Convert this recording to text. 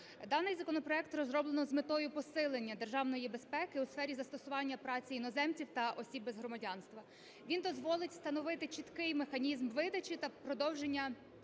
Даний законопроект розроблено з метою посилення державної безпеки у сфері застування праці іноземців та осіб без громадянства. Він дозволить встановити чіткий механізм видачі та продовження